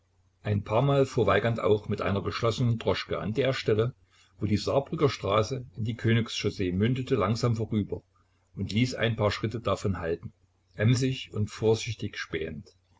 ein paarmal fuhr weigand auch mit einer geschlossenen droschke an der stelle wo die saarbrücker straße in die königs chaussee mündet langsam vorüber und ließ ein paar schritte davon halten emsig und vorsichtig spähend